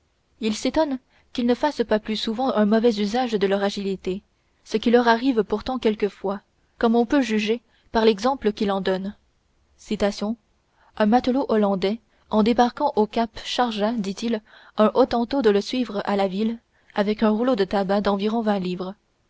il s'étonne qu'ils ne fassent pas plus souvent un mauvais usage de leur agilité ce qui leur arrive pourtant quelquefois comme on peut juger par l'exemple qu'il en donne un matelot hollandais en débarquant au cap chargea dit-il un hottentot de le suivre à la ville avec un rouleau de tabac d'environ vingt livres